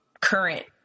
current